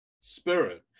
spirit